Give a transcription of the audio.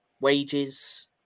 wages